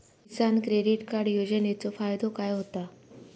किसान credit card योजनेचो फायदो काय होता?